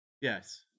yes